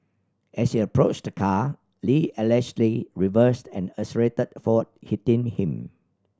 as he approached the car Lee allegedly reversed and accelerated forward hitting him